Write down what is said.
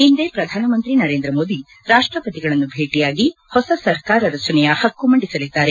ಇಂದೇ ಪ್ರಧಾನಮಂತ್ರಿ ನರೇಂದ್ರ ಮೋದಿ ರಾಷ್ಟಪತಿಗಳನ್ನು ಭೇಟಿಯಾಗಿ ಹೊಸ ಸರ್ಕಾರ ರಚನೆಯ ಹಕ್ಕು ಮಂಡಿಸಲಿದ್ದಾರೆ